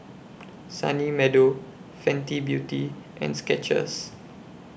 Sunny Meadow Fenty Beauty and Skechers